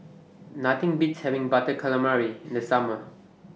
Nothing Beats having Butter Calamari in The Summer